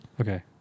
Okay